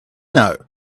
know